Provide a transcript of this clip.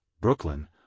Brooklyn